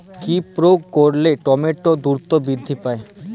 কি প্রয়োগ করলে টমেটো দ্রুত বৃদ্ধি পায়?